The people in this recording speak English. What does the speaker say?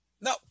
No